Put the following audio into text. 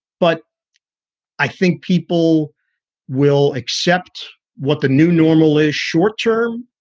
but i think people will accept what the new normal is, short term,